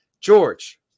George